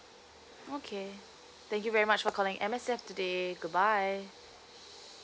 okay thank you very much for calling M_S_F today goodbye